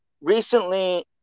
recently